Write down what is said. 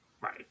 Right